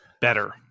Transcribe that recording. better